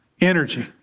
Energy